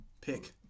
pick